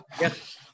Yes